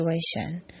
situation